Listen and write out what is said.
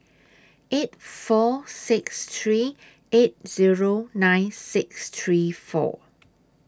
eight four six three eight Zero nine six three four